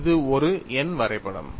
இது ஒரு எண் வரைபடம்